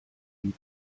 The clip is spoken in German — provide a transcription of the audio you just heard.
die